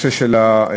ובנושא של הרפתות,